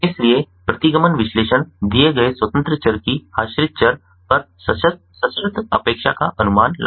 इसलिए प्रतिगमन विश्लेषण दिए गए स्वतंत्र चर की आश्रित चर पर सशर्त अपेक्षा का अनुमान लगाता है